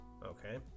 Okay